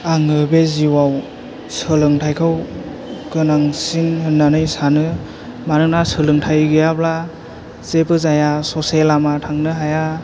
आङो बे जिउ आव सोलोंथाइखौ गोनांसिन होननानै सानो मानोना सोलोंथाइ गैयाब्ला जेबो जाया ससे लामा थांनो हाया